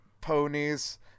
ponies